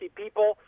people